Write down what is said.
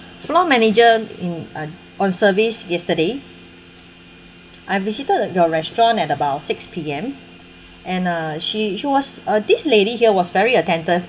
floor manager in an on service yesterday I visited your restaurant at about six P_M and uh she she was a this lady here was very attentive